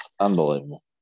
Unbelievable